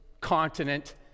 continent